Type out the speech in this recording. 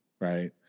right